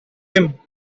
rim